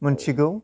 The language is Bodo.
मोनथिगौ